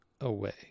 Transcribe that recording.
away